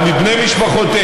או בני משפחותיהם,